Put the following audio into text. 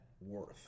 worth